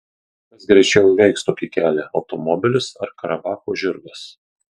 kas greičiau įveiks tokį kelią automobilis ar karabacho žirgas